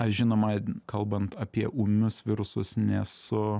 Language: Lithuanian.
aš žinoma kalbant apie ūmius virusus nesu